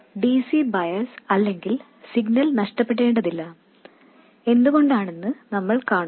നമുക്ക് dc bias അല്ലെങ്കിൽ signal നഷ്ടപ്പെടേണ്ടതില്ല എന്തുകൊണ്ടെന്ന് നമ്മൾ കാണും